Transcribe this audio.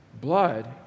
Blood